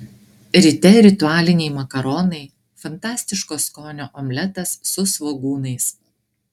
ryte ritualiniai makaronai fantastiško skonio omletas su svogūnais